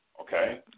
okay